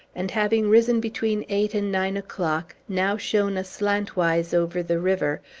and having risen between eight and nine o'clock, now shone aslantwise over the river,